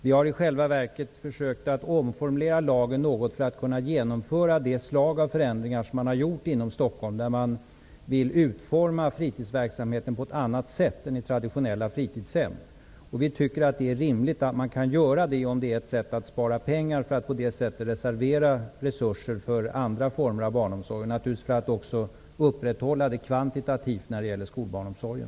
Vi har i själva verket försökt att omformulera lagen något för att kunna genomföra sådana förändringar som man gjort i Stockholm, där man vill utforma fritidshemsverksamheten på annat sätt än i traditionella fritidshem. Vi tycker att det är rimligt att man kan göra det, om man därigenom kan spara pengar och reservera resurser för andra former av barnomsorg liksom också att kvantitativt upprätthålla skolbarnsomsorgen.